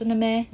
真的 meh